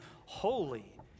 holy